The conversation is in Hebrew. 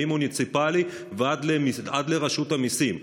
ממוניציפלי ועד לרשות המיסים.